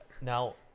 now